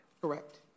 Correct